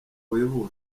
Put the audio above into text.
wihuta